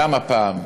גם הפעם,